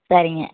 சரிங்க